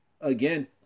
again